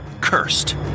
cursed